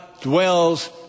dwells